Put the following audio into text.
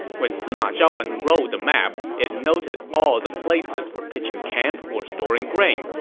when sima zhao unrolled the map. it noted all the places for pitching camp or storing grain,